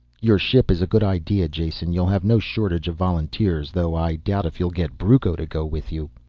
your ship is a good idea, jason, you'll have no shortage of volunteers. though i doubt if you'll get brucco to go with you.